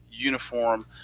uniform